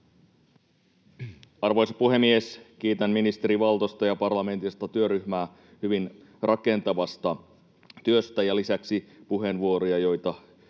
Arvoisa puhemies! Kiitän ministeri Valtosta ja parlamentaarista työryhmää hyvin rakentavasta työstä ja lisäksi puheenvuoroista, joita